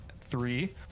three